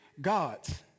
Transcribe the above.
God's